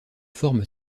forme